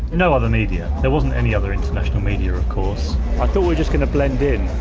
no other media. there wasn't any other international media, of course i thought we're just going to blend in.